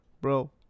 Bro